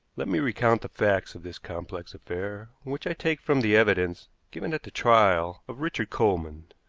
let me recount the facts of this complex affair, which i take from the evidence given at the trial of richard coleman.